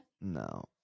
No